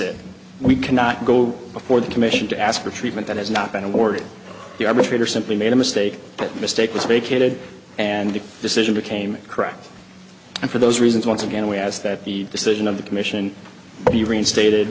said we cannot go before the commission to ask for treatment that has not been awarded the arbitrator simply made a mistake that mistake was vacated and the decision became correct and for those reasons once again we asked that the decision of the commission be reinstated